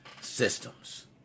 systems